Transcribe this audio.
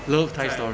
love thai story